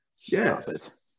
Yes